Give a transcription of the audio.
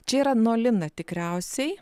čia yra nolina tikriausiai